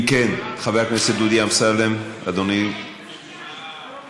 אם כן, חבר הכנסת דודי אמסלם, אדוני, בבקשה,